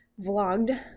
vlogged